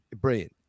Brilliant